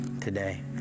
today